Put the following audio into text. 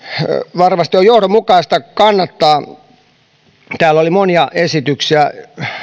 varmasti on johdonmukaista kannattaa täällä oli monia esityksiä